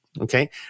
okay